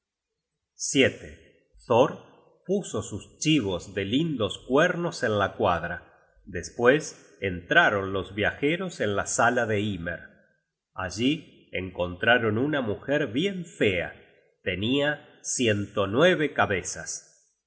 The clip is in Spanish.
thor puso sus chibos de lindos cuernos en la cuadra despues entraron los viajeros en la sala de hymer allí encontraron una mujer bien fea tenia ciento nueve cabezas